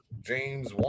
James